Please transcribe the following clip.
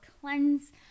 cleanse